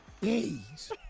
days